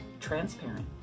transparent